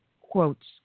quotes